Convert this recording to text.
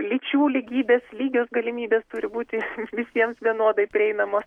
lyčių lygybės lygios galimybės turi būti visiems vienodai prieinamos